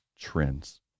trends